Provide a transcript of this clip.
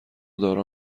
دارا